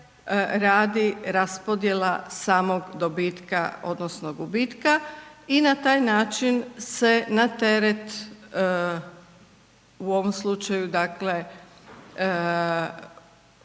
radi raspodjela samog dobitka, odnosno gubitka i na taj način se na teret u ovom slučaju dakle